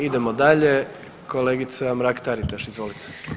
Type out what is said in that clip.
Idemo dalje, kolegica Mrak Taritaš, izvolite.